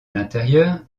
l’intérieur